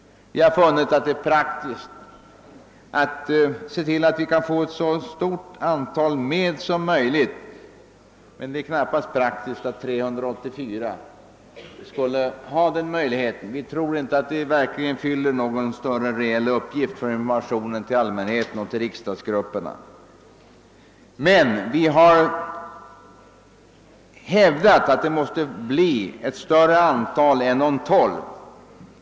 Vi har funnit att det är praktiskt att se till att vi kan få med ett så stort antal som möjligt. Men det kan knappast vara praktiskt att 384 skulle ha den möjligheten. Vi tror inte att det verkligen fyller en större reell uppgift för informationen till allmänheten och till riksdagsgrupperna. Men vi har hävdat att det måste bli ett större antal än de 12.